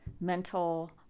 mental